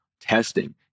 testing